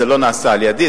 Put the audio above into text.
לא נעשה על-ידי,